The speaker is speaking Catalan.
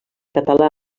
català